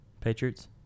Patriots